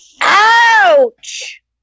OUCH